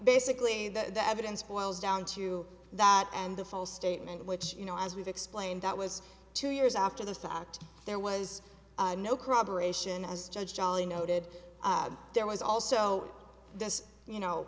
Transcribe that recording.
basically that the evidence boils down to that and the false statement which you know as we've explained that was two years after the fact there was no corroboration as judge jolly noted there was also this you know